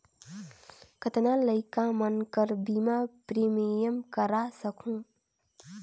कतना लइका मन कर बीमा प्रीमियम करा सकहुं?